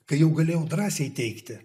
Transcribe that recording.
kai jau galėjau drąsiai teigti